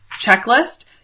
checklist